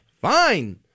fine